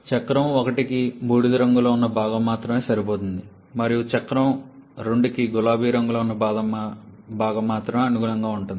చక్రం 1కి బూడిద రంగులో ఉన్న భాగం మాత్రమే సరిపోతుంది మరియు చక్రం 2కి గులాబీ రంగులో ఉన్న భాగం మాత్రమే అనుగుణంగా ఉంటుంది